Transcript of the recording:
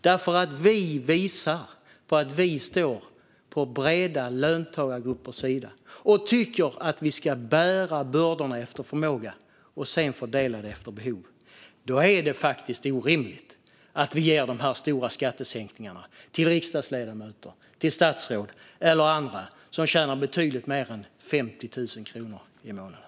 Vi socialdemokrater visar nämligen att vi står på breda löntagargruppers sida. Vi tycker att bördorna ska bäras efter förmåga och fördelning ske efter behov. Då är det faktiskt orimligt att vi ger de stora skattesänkningarna till riksdagsledamöter, statsråd eller andra som tjänar betydligt mer än 50 000 kronor i månaden.